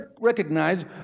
recognize